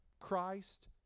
Christ